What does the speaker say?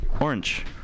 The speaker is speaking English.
Orange